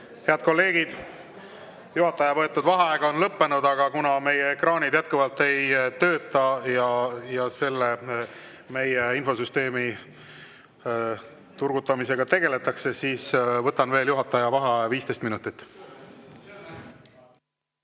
Head kolleegid! Juhataja võetud vaheaeg on lõppenud, aga kuna meie ekraanid jätkuvalt ei tööta ja meie infosüsteemi turgutamisega tegeldakse, siis võtan veel juhataja vaheaja 15 minutit.V